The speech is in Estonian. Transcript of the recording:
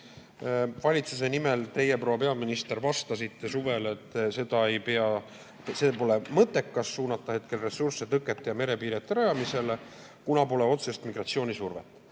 Valitsuse nimel teie, proua peaminister, vastasite suvel, et seda ei pea [tegema], see pole mõttekas suunata hetkel ressursse tõkete ja merepiirete rajamisele, kuna pole otsest migratsioonisurvet.